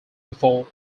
before